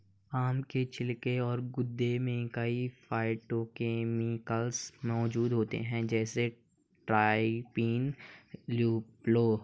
आम के छिलके और गूदे में कई फाइटोकेमिकल्स मौजूद होते हैं, जैसे ट्राइटरपीन, ल्यूपोल